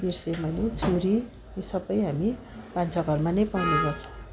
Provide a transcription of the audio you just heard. बिर्सेँ मैले छुरी यो सबै हामी भान्साघरमा नै पाउने गर्छौँ